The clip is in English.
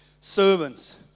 servants